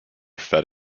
fed